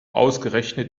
ausgerechnet